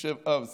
יושב אב צדיק,